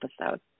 episode